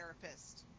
therapist